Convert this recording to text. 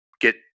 get